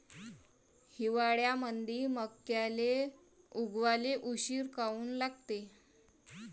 हिवाळ्यामंदी मक्याले उगवाले उशीर काऊन लागते?